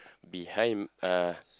behind uh